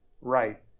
Right